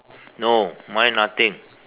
no mine nothing